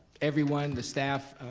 everyone, the staff,